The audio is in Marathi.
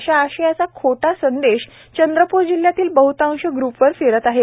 असा आशयाचा खोटा संदेश चंद्रप्र जिल्ह्यातील बहतांश ग्र्पवर फिरत आहेत